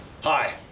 Hi